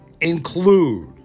include